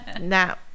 now